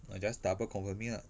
uh just double confirm with me ah